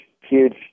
huge